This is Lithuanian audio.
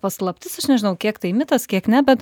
paslaptis aš nežinau kiek tai mitas kiek ne bet